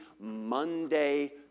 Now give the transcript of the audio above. Monday